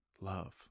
love